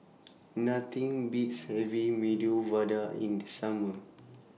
Nothing Beats having Medu Vada in The Summer